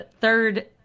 third